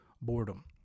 boredom